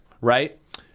right